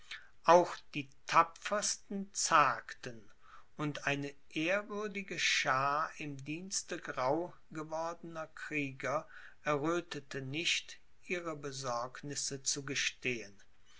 auch die tapfersten zagten und eine ehrwürdige schaar im dienste grau gewordener krieger erröthete nicht ihre besorgnisse zu